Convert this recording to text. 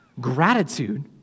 gratitude